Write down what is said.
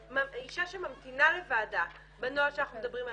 אישה שממתינה לוועדה בנוהל שאנחנו מדברים עליו,